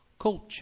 culture